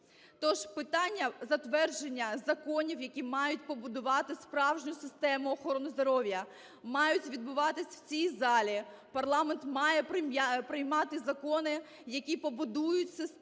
Тож питання затвердження законів, які мають побудувати справжню систему охорони здоров'я, мають відбуватися в цій залі, парламент має приймати закони, які побудують систему